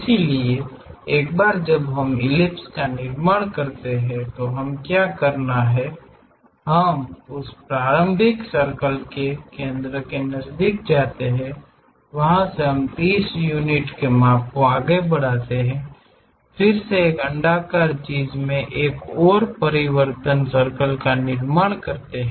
इसलिए एक बार जब हम इस इलिप्स का निर्माण करते हैं तो हमें क्या करना है हम उस प्रारंभिक सर्कल के केंद्र को जानते हैं वहा से हम 30 यूनिट माप को आगे बढ़ाते हैं फिर से इस अण्डाकार चीज़ में एक और परिवर्तन सर्कल का निर्माण करते हैं